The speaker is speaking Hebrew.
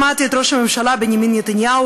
שמעתי את ראש הממשלה בנימין נתניהו,